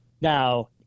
Now